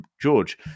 george